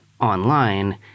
online